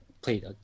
played